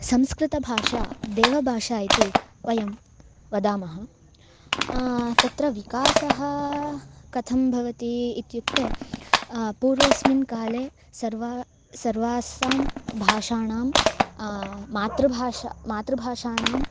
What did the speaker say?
संस्कृतभाषा देवबाषा इति वयं वदामः तत्र विकासः कथं भवति इत्युक्ते पूर्वस्मिन् काले सर्वासां सर्वासां भाषाणां मातृभाषा मातृभाषाणाम्